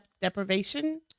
deprivation